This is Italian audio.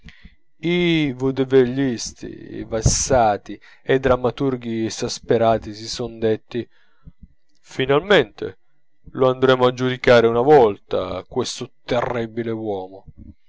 rappresaglie i vaudevillisti vessati e i drammaturghi esasperati si son detti finalmente lo andremo a giudicare una volta questo terribile uomo